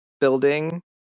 building